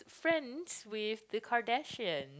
friends with the Kardashians